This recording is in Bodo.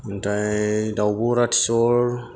ओमफाय दाउब' राथिसर